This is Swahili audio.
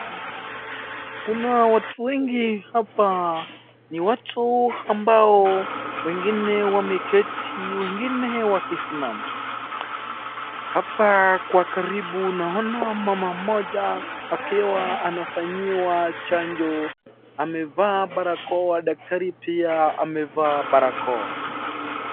Kuna watu wengi hapa, ni watu ambao wengine wameketi, wengine wakisimama. Hapa kwa karibu naona mama mmoja akiwa anafanyiwa chanjo amevaa barakoa daktari pia amevaa barakoa.